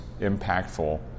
impactful